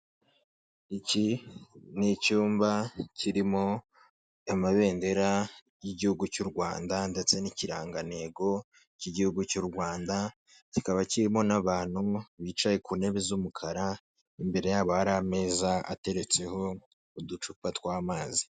Iki ni icyumba kirimo amabendera y'igihugu cy'u Rwanda ndetse n'ikirangantego cy'igihugu cy'u Rwanda, kikaba kirimo n'abantu bicaye ku ntebe z'umukara, imbere yabo hari ameza ateretseho uducupa tw'amazi.